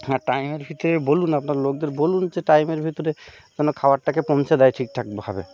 হ্যাঁ টাইমের ভিতরে বলুন আপনার লোকদের বলুন যে টাইমের ভিতরে যেন খাবারটাকে পৌঁছে দেয় ঠিকঠাকভাবে